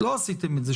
לא עשיתם את זה,